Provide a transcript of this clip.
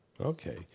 Okay